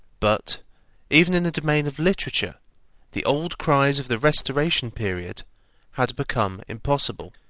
but even in the domain of literature the old cries of the restoration period had become impossible.